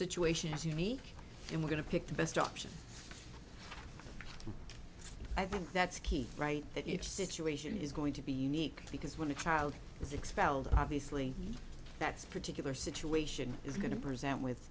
situation is unique and we're going to pick the best option i think that's key right that if situation is going to be unique because when a child is expelled obviously that's a particular situation is going to present with